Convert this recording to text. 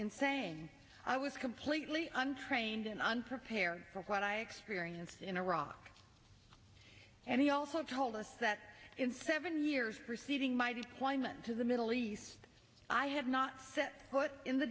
saying i was completely untrained in unprepared for what i experienced in iraq and he also told us that in seven years preceding my deployment to the middle east i had not set foot in the